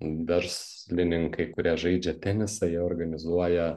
verslininkai kurie žaidžia tenisą jie organizuoja